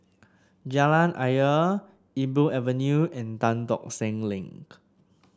Jalan Ayer Iqbal Avenue and Tan Tock Seng Link